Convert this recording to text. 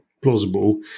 plausible